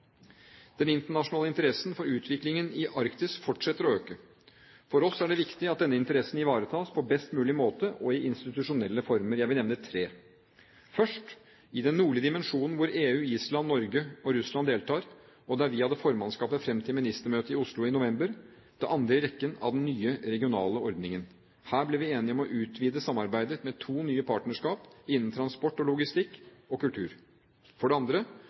Den internasjonale interessen for utviklingen i Arktis fortsetter å øke. For oss er det viktig at denne interessen ivaretas på best mulig måte og i institusjonelle former. Jeg vil nevne tre. Først: Den nordlige dimensjon, hvor EU, Island, Norge og Russland deltar, og der vi hadde formannskapet fram til ministermøtet i Oslo i november, den andre i rekken av denne nye regionale ordningen. Her ble vi enige om å utvide samarbeidet med to nye partnerskap, innen transport og logistikk og kultur. For det andre: